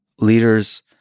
leaders